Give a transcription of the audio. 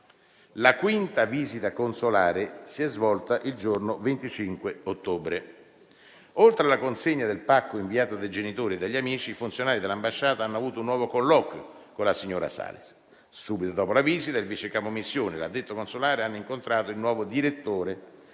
La quinta visita consolare si è svolta il giorno 25 ottobre. Oltre alla consegna del pacco inviato dai genitori e dagli amici, i funzionari dell'ambasciata hanno avuto un nuovo colloquio con la signora Salis. Subito dopo la visita, il vice capo missione e l'addetto consolare hanno incontrato il nuovo direttore